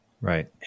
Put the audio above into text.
Right